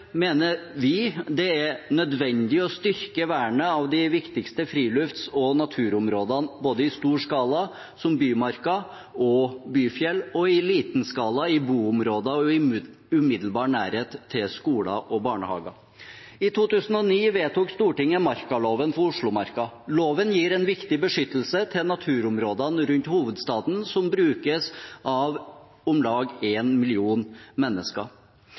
mener vi det er nødvendig å styrke vernet av de viktigste frilufts- og naturområdene – både i stor skala, som bymarker og byfjell, og i liten skala i boområder og umiddelbar nærhet til skoler og barnehager. I 2009 vedtok Stortinget markaloven for Oslomarka. Loven gir viktig beskyttelse av naturområdene rundt hovedstaden, som brukes av om lag 1 million mennesker.